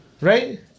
right